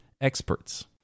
experts